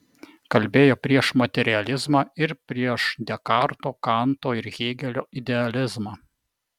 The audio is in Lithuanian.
kalbėjo prieš materializmą ir prieš dekarto kanto ir hėgelio idealizmą